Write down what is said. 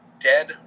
dead